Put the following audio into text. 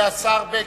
השר בגין.